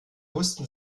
wussten